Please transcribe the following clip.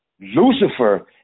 Lucifer